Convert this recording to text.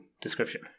description